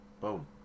Boom